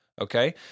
okay